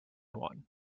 one